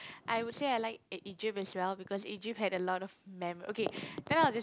I would say I like E Egypt as well because Egypt had a lot of memo~ okay then I'll just